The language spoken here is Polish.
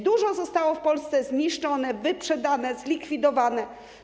Dużo zostało w Polsce zniszczone, wyprzedane, zlikwidowane.